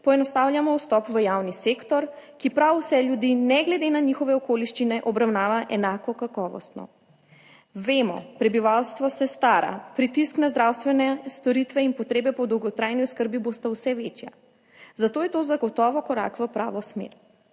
poenostavljamo vstop v javni sektor, ki prav vse ljudi, ne glede na njihove okoliščine obravnava enako kakovostno. Vemo, prebivalstvo se stara, pritisk na zdravstvene storitve in potrebe po dolgotrajni oskrbi **40. TRAK: (NB) – 16.15** (nadaljevanje) bosta vse večja, zato je to zagotovo korak v pravo smer.